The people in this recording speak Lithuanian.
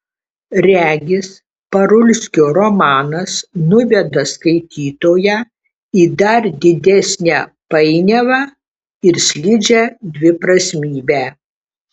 regis parulskio romanas nuveda skaitytoją į dar didesnę painiavą ir slidžią dviprasmybę